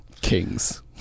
Kings